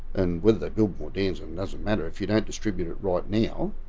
and whether they build more dams it doesn't matter if you don't distribute it right now.